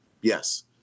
yes